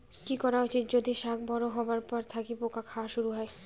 কি করা উচিৎ যদি শাক বড়ো হবার পর থাকি পোকা খাওয়া শুরু হয়?